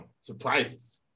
surprises